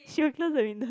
she will close the window